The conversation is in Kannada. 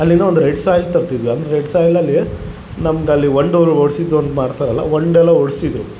ಅಲ್ಲಿಂದ ಒಂದು ರೆಡ್ ಸಾಯ್ಲ್ ತರ್ತಿದ್ವಿ ಅದು ರೆಡ್ ಸಾಯ್ಲಲ್ಲಿ ನಮ್ದು ಅಲ್ಲಿ ಒಂಡೋರು ಒಡ್ಸಿದ್ದು ಒಂದು ಮಾಡ್ತರಲ ವಂಡೆಲ್ಲ ಒಡೆಸಿದ್ರು